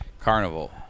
Carnival